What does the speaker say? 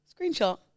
Screenshot